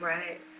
Right